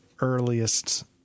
earliest